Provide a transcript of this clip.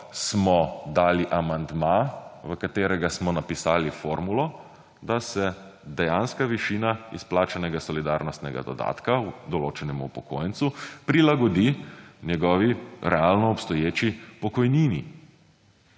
smo dali amandma, v katerega smo napisali formulo, da se dejanska višina izplačanega solidarnostnega dodatka določenemu upokojencu, prilagodi njegovi realno obstoječi pokojnini